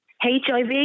HIV